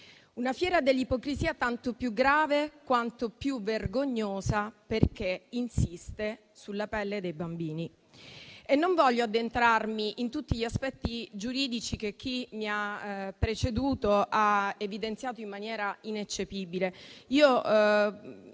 alla fiera dell'ipocrisia, tanto più grave quanto più vergognosa, perché insiste sulla pelle dei bambini e non voglio addentrarmi in tutti gli aspetti giuridici che chi mi ha preceduto ha evidenziato in maniera ineccepibile.